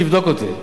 תבדוק אותי.